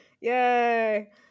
Yay